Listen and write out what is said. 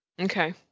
Okay